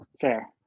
Fair